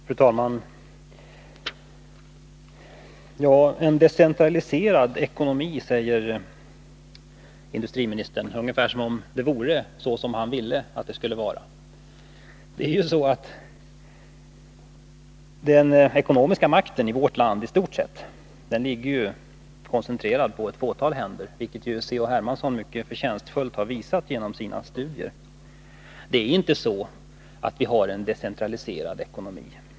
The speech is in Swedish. Fru talman! När industriministern talar om en decentraliserad ekonomi låter det ungefär som om situationen vore sådan som han vill att den skall vara. Men den ekonomiska makten i vårt land ligger i stort sett koncentrerad i ett fåtal händer, vilket C.-H. Hermansson mycket förtjänstfullt har visat genom sina studier. Vi har inte en decentraliserad ekonomi.